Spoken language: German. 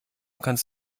kannst